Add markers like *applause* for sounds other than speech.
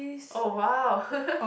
oh !wow! *laughs*